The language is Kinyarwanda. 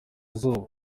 izuba